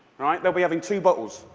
right? they'll be having two bottles,